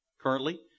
Currently